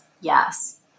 yes